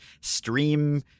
stream